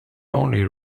only